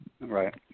Right